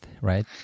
right